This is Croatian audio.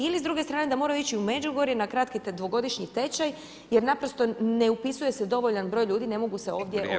Ili s druge strane da moraju ići u Međugorje na kratki dvogodišnji tečaj jer naprosto ne upisuje se dovoljan broj ljudi, ne mogu se ovdje upisati.